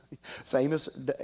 famous